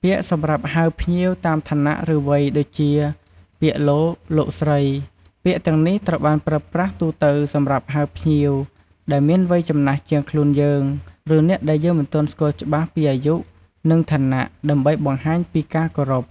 ពាក្យសម្រាប់ហៅភ្ញៀវតាមឋានៈ ឬវ័យដូចជា ពាក្យ លោក លោកស្រី ពាក្យទាំងនេះត្រូវបានប្រើប្រាស់ទូទៅសម្រាប់ហៅ ភ្ញៀវដែលមានវ័យចំណាស់ជាងខ្លួនយើង ឬអ្នកដែលយើងមិនទាន់ស្គាល់ច្បាស់ពីអាយុ និងឋានៈ ដើម្បីបង្ហាញពីការគោរព។